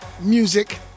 Music